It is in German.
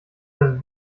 das